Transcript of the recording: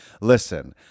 Listen